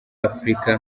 afurika